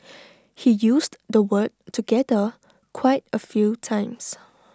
he used the word together quite A few times